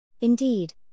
Indeed